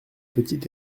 petit